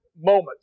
moment